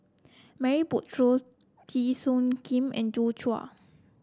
Murray Buttrose Teo Soon Kim and Joi Chua